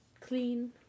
clean